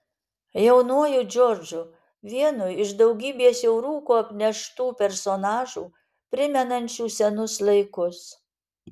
jaunuoju džordžu vienu iš daugybės jau rūko apneštų personažų primenančių senus laikus